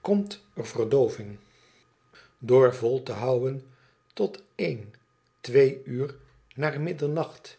komt er verdooving door vol te houden tot één twee uur na middernacht